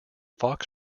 fox